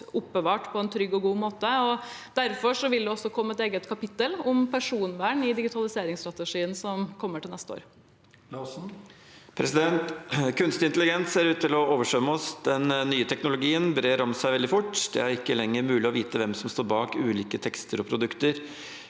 personer på en trygg og god måte. Derfor vil det komme et eget kapittel om personvern i digitaliseringsstrategien som kommer til neste år. Erlend Larsen (H) Kunstig intelligens ser ut til å oversvømme oss. Den nye teknologien brer seg veldig fort. Det er ikke lenger mulig å vite hvem som står bak ulike tekster og produkter.